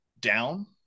down